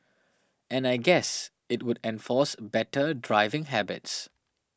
and I guess it would enforce better driving habits